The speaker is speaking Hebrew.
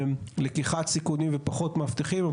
שמאפשרים לקיחת סיכומים ופחות מאבטחים,